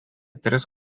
tris